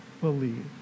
believe